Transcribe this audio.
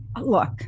Look